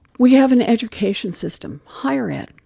we have an education system, higher ed,